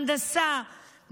הנדסה,